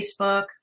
Facebook